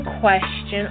question